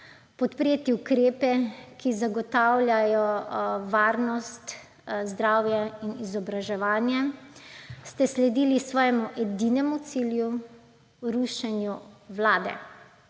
podpreti ukrepe, ki zagotavljajo varnost, zdravje in izobraževanje, ste sledili svojemu edinemu cilju − rušenju vlade.